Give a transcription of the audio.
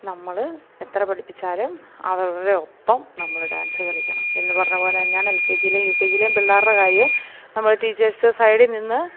നമ്മൾ എത്ര പഠിപ്പിച്ചാലും അവരുടെ ഒപ്പം നമ്മൾ ഡാൻസ് കളിക്കണം എന്ന് പറഞ്ഞപോലെ തന്നെയാണ് എൽകെജിലേം യുകെജിലേം പിള്ളേരുടെ കാര്യം നമ്മൾ ടീച്ചേഴ്സ് സൈഡീൽ നിന്ന്